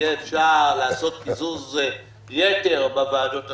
יהיה אפשר לעשות קיזוז יתר בוועדות עצמן.